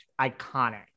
Iconic